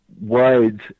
wide